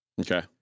Okay